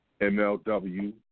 MLW